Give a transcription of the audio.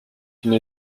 une